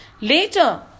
Later